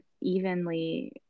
evenly